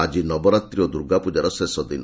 ଆଜି ନବରାତ୍ରୀ ଓ ଦୁର୍ଗାପୂଜାର ଶେଷଦିନ